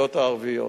מהסיעות הערביות,